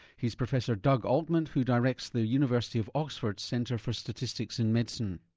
he's professor doug altman who directs the university of oxford's centre for statistics in medicine.